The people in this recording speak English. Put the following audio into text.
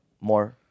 more